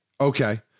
okay